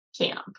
camp